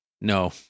No